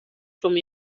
from